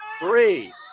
three